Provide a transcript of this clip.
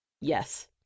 yes